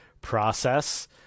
process